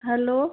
hello